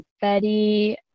betty